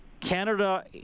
canada